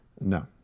No